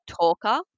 talker